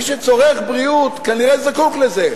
מי שצורך בריאות, כנראה זקוק לזה.